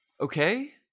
Okay